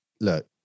look